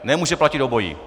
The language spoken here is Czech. Nemůže platit obojí!